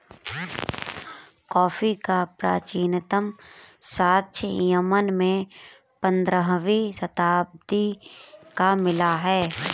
coffee का प्राचीनतम साक्ष्य यमन में पंद्रहवी शताब्दी का मिला है